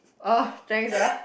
oh thanks ah